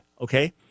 Okay